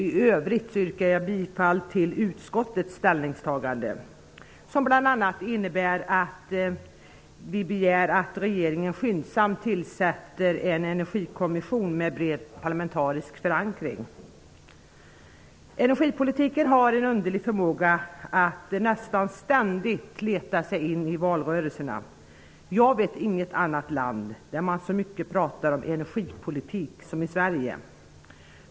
I övrigt yrkar jag bifall till utskottets hemställan, som bl.a. innebär att riksdagen skall begära att regeringen skyndsamt tillsätter en energikommission med bred parlamentarisk förankring. Energipolitiken har en underlig förmåga att nästan ständigt leta sig in i valrörelserna. Jag vet inget annat land där man så mycket talar om energipolitik som i Sverige.